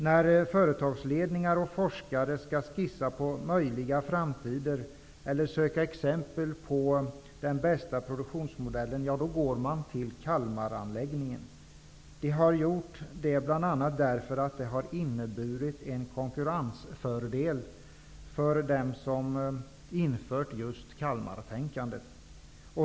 När företagsledningar och forskare skall skissa på vad som är möjligt inför framtiden eller söka exempel på den bästa produktionsmodellen, då går man i dag till Kalmaranläggningen. Kalmartänkande har nämligen inneburit en konkurrensfördel för dem som infört detta.